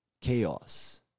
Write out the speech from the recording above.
chaos